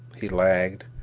he lagged,